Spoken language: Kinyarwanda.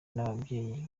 n’ababyeyi